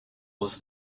was